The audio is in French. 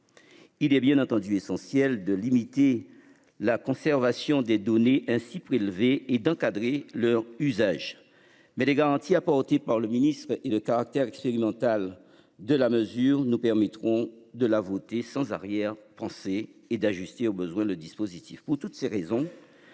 Il est bien entendu essentiel de limiter la conservation des données ainsi prélevées et d'encadrer leurs usages mais les garanties apportées par le ministre et de caractère expérimental de la mesure nous permettront de la voter sans arrière-pensée et d'ajuster, au besoin le dispositif